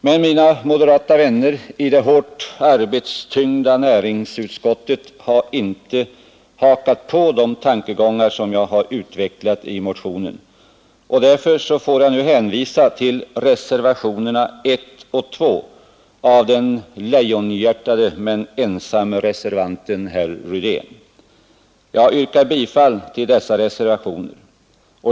Men mina moderata vänner i det hårt arbetstyngda näringsutskottet har inte hakat på de tankegångar som jag har utvecklat i motionen, och därför får jag hänvisa till reservationerna 1 och 2 av den lejonhjärtade men ensamme reservanten herr Rydén. Jag yrkar bifall till dessa reservationer.